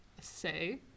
say